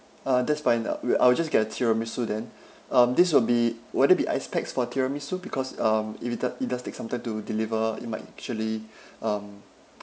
uh that's fine I will I will just get a tiramisu then um this will be will there be ice packs for tiramisu because um if it doe~ it does take some time to deliver it might actually um